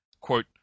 quote